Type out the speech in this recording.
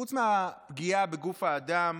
חוץ מהפגיעה בגוף האדם